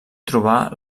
trobar